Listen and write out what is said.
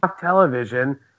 television